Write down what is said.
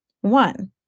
One